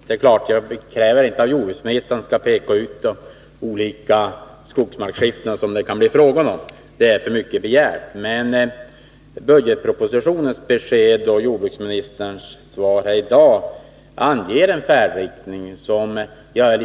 Herr talman! Det är klart att jag inte kräver att jordbruksministern skall peka ut vilka olika skogsskiften som det kan bli fråga om. Det skulle vara för mycket begärt. Men i budgetpropositionen och i jordbruksministerns svar häri dag anges en färdriktning som jag uppriktigt